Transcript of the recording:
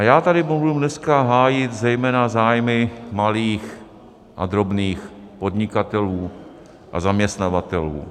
Já tady budu dneska hájit zejména zájmy malých a drobných podnikatelů a zaměstnavatelů.